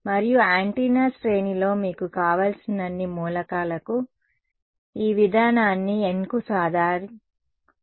మరియు యాంటెన్నా శ్రేణిలో మీకు కావలసినన్ని మూలకాలకు ఈ విధానాన్ని N కు సాధారణీకరించవచ్చు